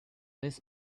this